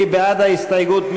מי בעד ההסתייגות?